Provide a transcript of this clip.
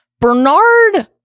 Bernard